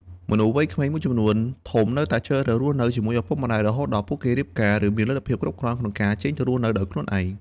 មនុស្សវ័យក្មេងមួយចំនួនធំនៅតែជ្រើសរើសរស់នៅជាមួយឪពុកម្តាយ រហូតដល់ពួកគេរៀបការ ឬមានលទ្ធភាពគ្រប់គ្រាន់ក្នុងការចេញទៅរស់នៅដោយខ្លួនឯង។